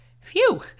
Phew